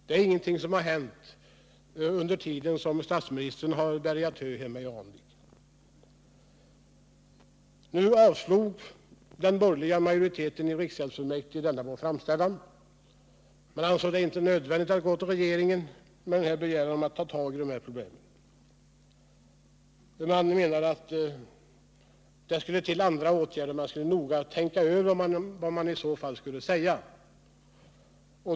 Det är ingenting som hänt under den tid statsministern har bärgat hö hemma i Ramvik. Den borgerliga majoriteten i riksgäldsfullmäktige avslog emellertid denna vår framställan. Man ansåg det inte nödvändigt att gå till regeringen med en begäran om att ta tag i dessa problem. De menade att andra åtgärder skulle vidtas och att vi noga skulle tänka över vad vi i så fall skulle säga.